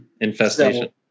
infestation